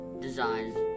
Designs